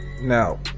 now